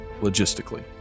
logistically